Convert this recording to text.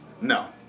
No